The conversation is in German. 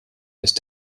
ist